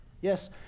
yes